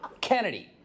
Kennedy